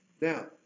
Now